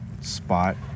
spot